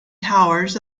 towers